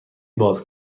باز